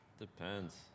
depends